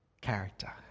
character